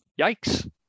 yikes